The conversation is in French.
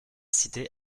inciter